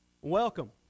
welcome